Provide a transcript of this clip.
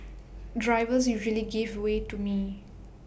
drivers usually give way to me